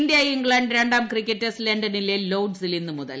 India England രണ്ടാം cricket test ലണ്ടനിലെ ലോഡ്സിൽ ഇന്നുമുതൽ